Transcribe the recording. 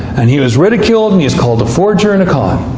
and he was ridiculed. and he was called a forger and a con.